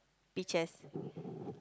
peaches